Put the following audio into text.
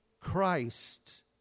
Christ